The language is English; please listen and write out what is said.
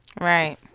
Right